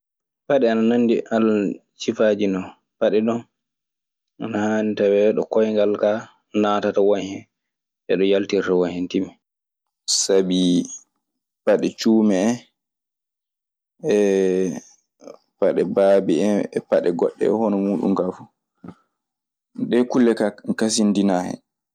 Paɗe ana nanndi sifaaji, ana haani tawee kaa ɗo koyngal naatata en ɗo yaltata won hen timmi. Sabi paɗe cuume en e paɗe baabi en e paɗe goɗɗe e hono muuɗun kaa fu. Ɗee kulle kaa kasindinaa hen.